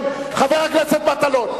חבר הכנסת מטלון.